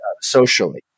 socially